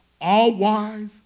all-wise